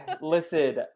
Listen